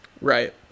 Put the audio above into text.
right